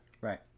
Right